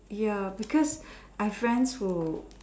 ya because I've friends who